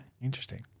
Interesting